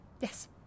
Yes